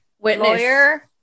Lawyer